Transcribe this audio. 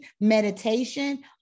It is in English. meditation